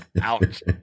Ouch